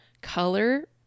color